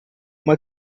uma